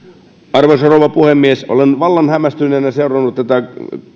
arvoisa rouva puhemies olen vallan hämmästyneenä seurannut tätä